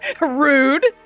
Rude